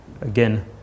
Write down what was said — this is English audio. again